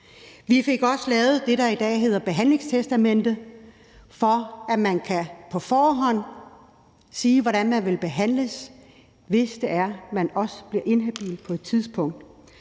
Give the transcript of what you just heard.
Vi fik også lavet det, der i dag hedder behandlingstestamente, sådan at man på forhånd kan sige, hvordan man vil behandles, hvis det er, at man på et tidspunkt